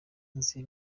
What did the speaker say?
nzi